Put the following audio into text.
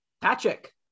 Patrick